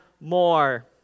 more